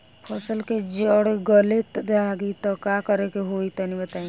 फसल के जड़ गले लागि त का करेके होई तनि बताई?